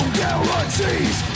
guarantees